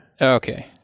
okay